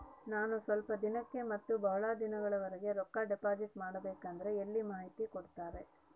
ನಾನು ಸ್ವಲ್ಪ ದಿನಕ್ಕ ಮತ್ತ ಬಹಳ ದಿನಗಳವರೆಗೆ ರೊಕ್ಕ ಡಿಪಾಸಿಟ್ ಮಾಡಬೇಕಂದ್ರ ಎಲ್ಲಿ ಮಾಹಿತಿ ಕೊಡ್ತೇರಾ?